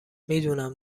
میدونم